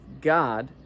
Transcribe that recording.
God